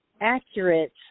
accurate